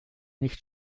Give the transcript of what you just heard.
nicht